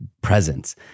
presence